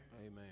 Amen